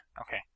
Okay